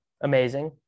amazing